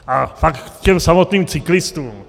A pak k těm samotným cyklistům.